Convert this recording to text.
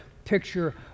picture